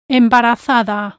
embarazada